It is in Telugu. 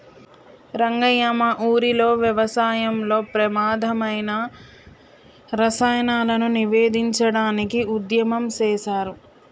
రంగయ్య మా ఊరిలో వ్యవసాయంలో ప్రమాధమైన రసాయనాలను నివేదించడానికి ఉద్యమం సేసారు